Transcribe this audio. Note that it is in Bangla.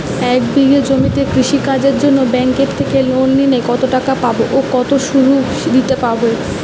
এক বিঘে জমিতে কৃষি কাজের জন্য ব্যাঙ্কের থেকে লোন নিলে কত টাকা পাবো ও কত শুধু দিতে হবে?